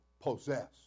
possess